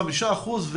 25 אחוזים,